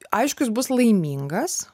aišku jis bus laimingas